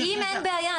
אם אין בעיה,